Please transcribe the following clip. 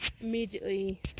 immediately